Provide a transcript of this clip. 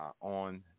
on